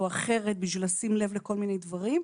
או אחרת בשביל לשים לב לכל מיני דברים.